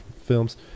films